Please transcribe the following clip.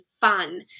fun